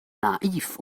naiv